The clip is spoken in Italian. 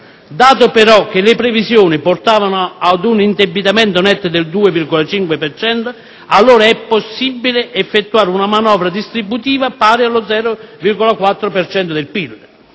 Dato, però, che le previsioni portavano ad un indebitamento netto del 2,5 per cento, allora è possibile effettuare una manovra distributiva pari allo 0,4 per